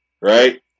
Right